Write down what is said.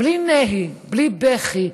בלי נהי, בלי בכי.